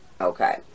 Okay